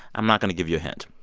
i'm not going to give you a hint.